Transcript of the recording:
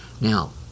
Now